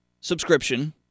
subscription